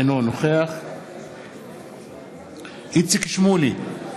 אינו נוכח איציק שמולי,